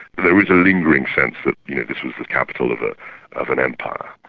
there is a lingering sense that you know this was the capital of ah of an empire.